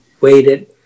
waited